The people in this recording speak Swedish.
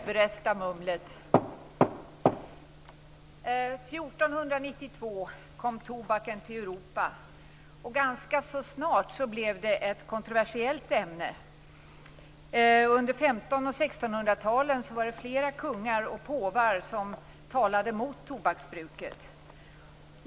Fru talman! År 1492 kom tobaken till Europa. Ganska snart blev den ett kontroversiellt ämne. Under 1500 och 1600-talen var det flera kungar och påvar som talade mot tobaksbruket.